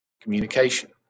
Communication